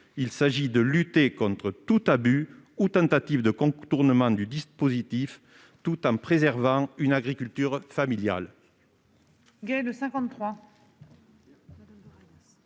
Il s'agit de lutter contre tout abus ou tentative de contournement du dispositif tout en préservant une agriculture familiale.